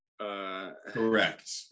Correct